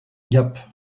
gap